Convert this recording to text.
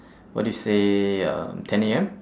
what do you say um ten A_M